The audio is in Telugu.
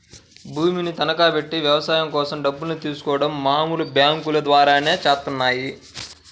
భూమిని తనఖాబెట్టి వ్యవసాయం కోసం డబ్బుల్ని తీసుకోడం మామూలు బ్యేంకుల ద్వారానే చేత్తన్నారు